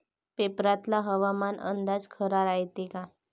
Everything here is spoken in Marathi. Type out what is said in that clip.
पेपरातला हवामान अंदाज खरा रायते का?